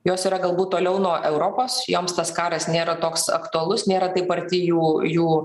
jos yra galbūt toliau nuo europos joms tas karas nėra toks aktualus nėra taip arti jų jų